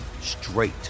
straight